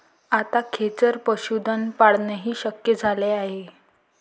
आता खेचर पशुधन पाळणेही शक्य झाले आहे